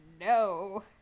no